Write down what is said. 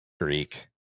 Greek